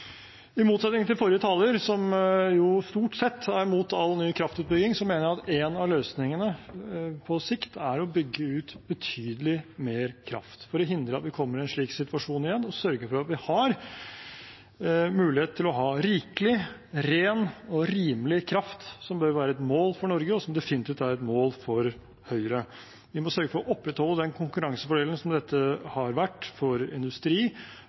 I motsetning til forrige taler, som jo stort sett er imot all ny kraftutbygging, mener jeg at en av løsningene på sikt er å bygge ut betydelig mer kraft for å hindre at vi kommer i en slik situasjon igjen, og sørge for at vi har mulighet til å ha rikelig, ren og rimelig kraft, som bør være et mål for Norge, og som definitivt er et mål for Høyre. Vi må sørge for å opprettholde den konkurransefordelen som dette har vært for industri,